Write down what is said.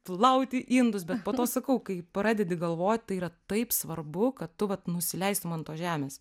plauti indus bet po to sakau kai pradedi galvot tai yra taip svarbu kad tu vat nusileistum ant tos žemės